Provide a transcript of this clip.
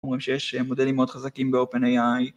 אומרים שיש מודלים מאוד חזקים ב-openAI